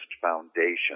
foundation